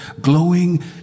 glowing